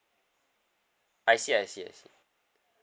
I see I see I see